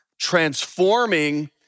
transforming